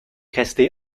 resté